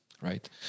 right